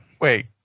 Wait